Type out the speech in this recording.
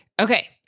Okay